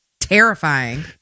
Terrifying